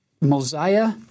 Mosiah